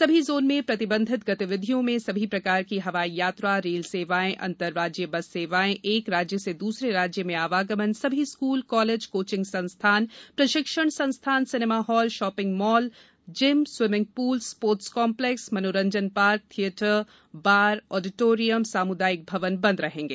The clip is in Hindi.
सभी जोन में प्रतिबंधित गतिविधियों में सभी प्रकार की हवाई यात्रा रेल सेवाएँ अंतर्राज्यीय बस सेवाएँ एक राज्य से दूसरे राज्य में आवागमन सभी स्कूल कॉलेज कोचिंग संस्थान प्रशिक्षण संस्थान cinema hall shopping mall gym swimming pool sports complex मनोरंजन पार्क थियेटर बार ऑडिटेरियम सामुदायिक भवन बंद रहेगें